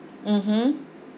mmhmm